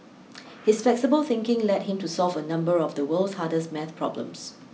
his flexible thinking led him to solve a number of the world's hardest math problems